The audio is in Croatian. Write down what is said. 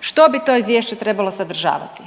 što bi to izvješće trebalo sadržavati,